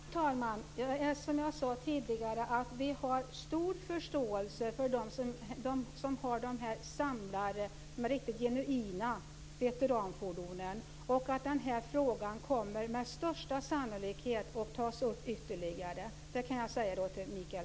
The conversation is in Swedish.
Fru talman! Som jag sade tidigare har vi stor förståelse för dem som har de riktigt genuina veteranfordonen. Den här frågan kommer med största sannolikhet att tas upp igen. Det kan jag säga till Michael